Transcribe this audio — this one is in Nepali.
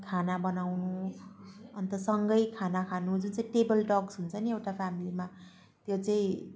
खाना बनाउनु अन्त सँगै खाना खानु जुन चाहिँ टेबल टक्स हुन्छ नि एउटा फेमिलीमा त्यो चाहिँ